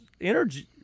energy